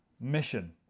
mission